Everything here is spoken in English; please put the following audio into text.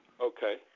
Okay